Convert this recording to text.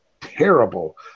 terrible